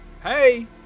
Hey